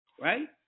Right